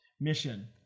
mission